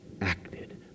acted